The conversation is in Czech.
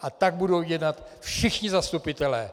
A tak budou jednat všichni zastupitelé!